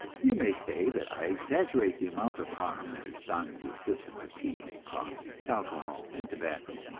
you may say that i exaggerate the amount of harm that is done to the system by tea and coffee, alcohol and tobacco.